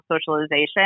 socialization